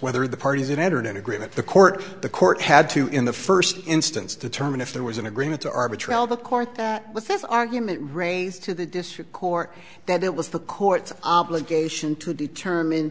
whether the parties it entered an agreement the court the court had to in the first instance determine if there was an agreement to arbitrate all the court with this argument raised to the district court that it was the court's obligation to determine